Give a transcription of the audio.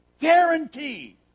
Guaranteed